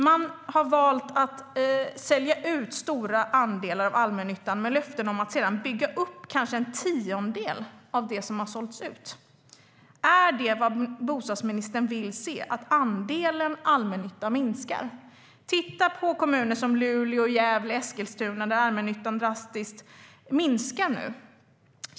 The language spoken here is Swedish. Man har valt att sälja ut stora andelar av allmännyttan med löften om att sedan bygga upp kanske en tiondel av det som har sålts ut. Är det vad bostadsministern vill se - att andelen allmännytta minskar? Titta på kommuner som Luleå, Gävle och Eskilstuna där allmännyttan nu drastiskt minskar!